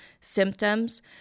symptoms